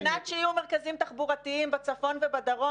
על מנת שיהיו מרכזים תעסוקתיים בצפון ובדרום